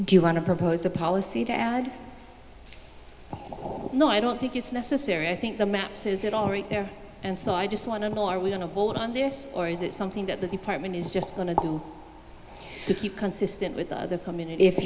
do you want to propose a policy to add no i don't think it's necessary i think the map says it all right there and so i just want to know are we going to vote on this or is it something that the department is just going to keep consistent with the com